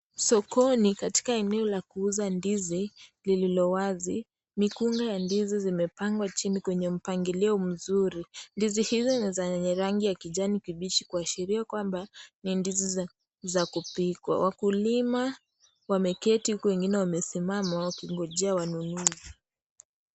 Sokoni katika eneo la kuuza ndizi, lililo wazi. Mikungu ya ndizi zimepangwa chini kwenye mpangilio mzuri. Ndizi hizi ni zenye rangi ya kijani kibichi, kuashiria kwamba ni ndizi za kupikwa. Wakulima wameketi huku wengine wamesimama wakingojea wanunuzi.